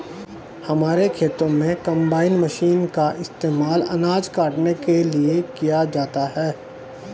हमारे खेतों में कंबाइन मशीन का इस्तेमाल अनाज काटने के लिए किया जाता है